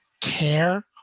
care